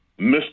Mr